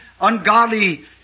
ungodly